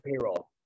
payroll